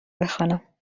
بخوانم